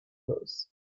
bros